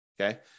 Okay